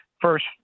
first